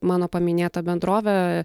mano paminėta bendrovė